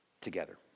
together